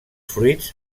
fruits